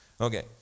Okay